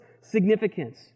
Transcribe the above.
significance